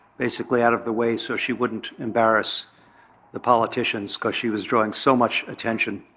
basically out of the way, so she wouldn't embarrass the politicians. because she was drawing so much attention.